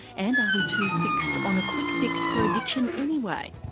and are we too fixed on a quick fix for addiction anyway?